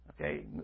Okay